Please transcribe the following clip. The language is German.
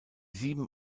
sieben